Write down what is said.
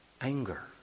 anger